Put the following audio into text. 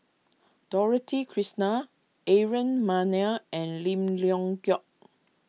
Dorothy Krishnan Aaron Maniam and Lim Leong Geok